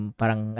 parang